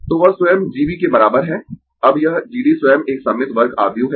तो वह स्वयं G B के बराबर है अब यह G D स्वयं एक सममित वर्ग आव्यूह है